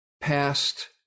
past